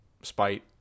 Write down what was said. spite